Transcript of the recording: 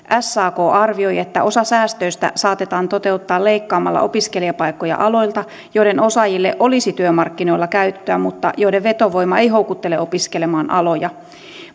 sak arvioi että osa säästöistä saatetaan toteuttaa leikkaamalla opiskelijapaikkoja aloilta joiden osaajille olisi työmarkkinoilla käyttöä mutta joiden vetovoima ei houkuttele opiskelemaan aloja